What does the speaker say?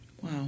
Wow